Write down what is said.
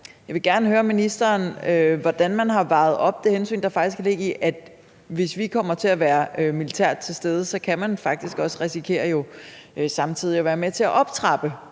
Jeg vil gerne høre ministeren, hvordan man har vejet de hensyn op mod hinanden, der faktisk kan ligge i, at hvis vi kommer til at være militært til stede, kan man jo også samtidig risikere at være med til at optrappe